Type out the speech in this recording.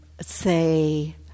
say